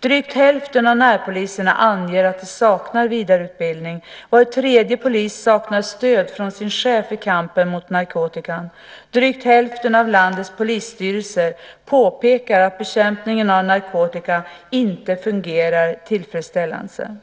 Drygt hälften av närpoliserna anger att de saknar vidareutbildning, och var tredje polis saknar stöd från sin chef i kampen mot narkotikan. Drygt hälften av landets polisstyrelser påpekar att bekämpningen av narkotika inte fungerar tillfredsställande.